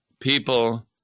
people